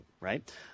right